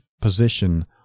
position